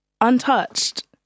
Untouched